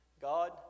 God